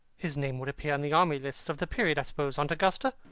his name would appear in the army lists of the period, i suppose, aunt augusta?